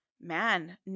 man